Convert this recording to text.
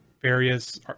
various